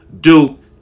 Duke